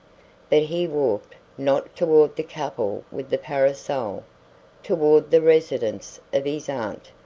but he walked not toward the couple with the parasol toward the residence of his aunt,